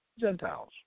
Gentiles